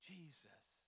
Jesus